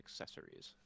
accessories